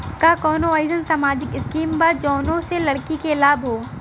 का कौनौ अईसन सामाजिक स्किम बा जौने से लड़की के लाभ हो?